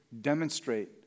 demonstrate